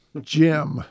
Jim